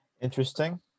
Interesting